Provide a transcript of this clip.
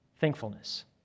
thankfulness